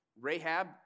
Rahab